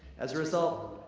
as a result,